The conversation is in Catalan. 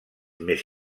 més